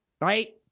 right